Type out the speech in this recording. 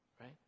right